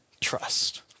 trust